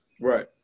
Right